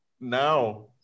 now